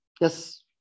Yes